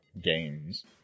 games